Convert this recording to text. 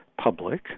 public